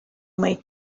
may